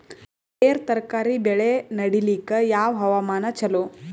ಬೇರ ತರಕಾರಿ ಬೆಳೆ ನಡಿಲಿಕ ಯಾವ ಹವಾಮಾನ ಚಲೋ?